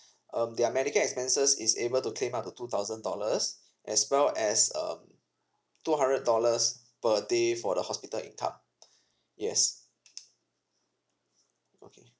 um their medical expenses is able to claim up to two thousand dollars as well as um two hundred dollars per day for the hospital income yes okay